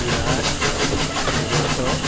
Biraj Bhogeswar